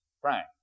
Frank